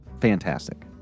fantastic